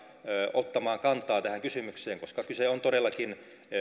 ottamaan kantaa tähän kysymykseen koska kyse on todellakin